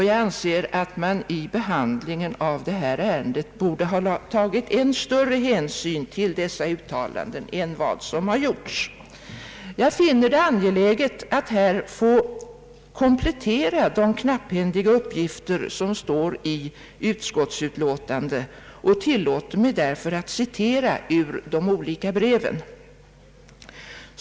Jag anser att utskottet vid behandlingen av detta ärende borde ha tagit än större hänsyn till dessa uttalanden än vad utskottet har gjort, och jag finner det angeläget att här få komplettera de knapphändiga uppgifter som finns i utskottsutlåtandet och tillåter mig därför att citera ur de olika breven.